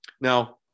Now